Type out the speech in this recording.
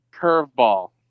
curveball